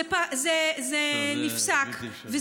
זה נפסק.